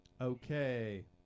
Okay